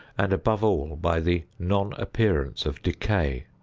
and, above all, by the non-appearance of decay.